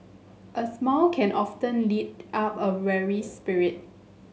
a smile can often lift up a weary spirit